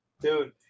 Dude